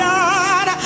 God